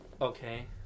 Okay